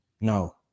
no